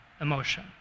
emotion